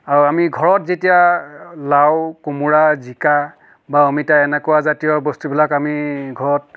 আৰু আমি ঘৰত যেতিয়া লাও কোমোৰা জিকা বা অমিতা এনেকুৱা জাতীয় বস্তুবিলাক আমি ঘৰত